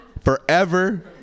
forever